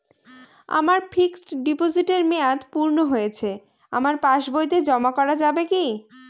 আমার ফিক্সট ডিপোজিটের মেয়াদ পূর্ণ হয়েছে আমার পাস বইতে জমা করা যাবে কি?